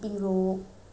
shoe bag